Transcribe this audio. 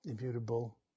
immutable